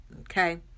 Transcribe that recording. Okay